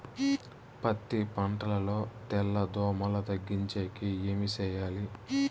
పత్తి పంటలో తెల్ల దోమల తగ్గించేకి ఏమి చేయాలి?